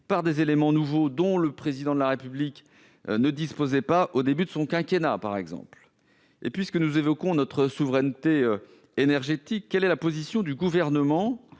par des éléments nouveaux dont le Président de la République ne disposait pas au début de son quinquennat ? Par ailleurs, puisque nous évoquons notre souveraineté énergétique, quelle est la position du Gouvernement